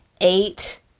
eight